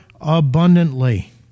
abundantly